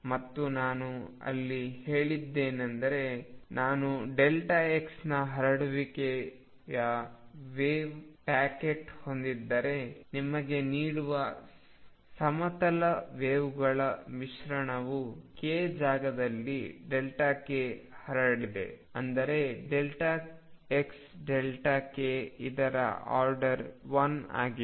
ಮತ್ತು ನಾನು ಅಲ್ಲಿ ಹೇಳಿದ್ದೇನೆಂದರೆ ನಾನು x ನ ಹರಡುವಿಕೆಯ ವೆವ್ ಪ್ಯಾಕೆಟ್ ಹೊಂದಿದ್ದರೆ ನಿಮಗೆ ನೀಡುವ ಸಮತಲ ವೆವ್ಗಳ ಮಿಶ್ರಣವು k ಜಾಗದಲ್ಲಿ k ಹರಡಿದೆ ಅಂದರೆ xk ಇದರ ಆರ್ಡರ್ 1 ಆಗಿದೆ